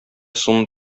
суны